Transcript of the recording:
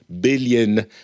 billion